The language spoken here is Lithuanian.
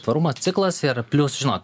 tvarumo ciklas yra plius žinot